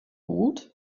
wut